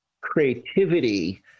creativity